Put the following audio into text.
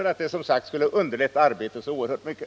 eftersom denna bekämpningsmetod skulle underlätta arbetet oerhört mycket.